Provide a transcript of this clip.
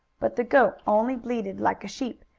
but the goat only bleated, like a sheep,